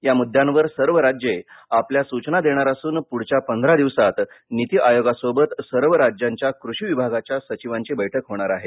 या मुद्दयांवर सर्व राज्ये आपल्या सूचना देणार असून पुढच्या पंधरा दिवसात नीती आयोगासोबत सर्व राज्यांच्या कृषी विभागाच्या सचिवांची बैठक होणार आहे